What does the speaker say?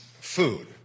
food